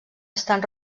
estan